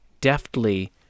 deftly